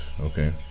Okay